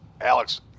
alex